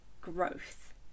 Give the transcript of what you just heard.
growth